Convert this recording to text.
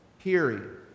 period